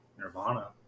Nirvana